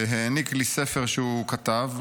והעניק לי ספר שהוא כתב.